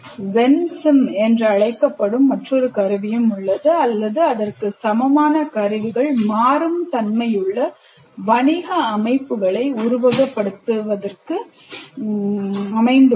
Vensim என்று அழைக்கப்படும் மற்றொரு கருவி உள்ளது அல்லது அதற்கு சமமான கருவிகள் மாறும் தன்மையுள்ள வணிக அமைப்புகளை உருவகப்படுத்துவதற்கு உள்ளன